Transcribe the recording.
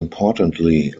importantly